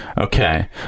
Okay